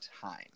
time